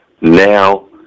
now